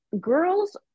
girls